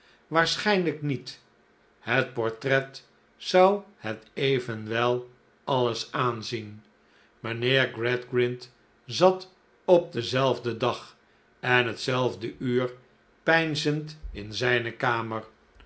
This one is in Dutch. waarschijnlijk niet het portret zou het evenwel alles aanzien mijnheer gradgrind zat op denzelfden dag en hetzelfde uur peinzend in zijne kamer